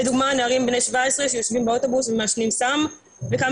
לדוגמה נערים בני 17 שיושבים באוטובוס ומעשנים סם וכמה